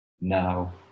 Now